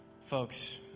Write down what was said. folks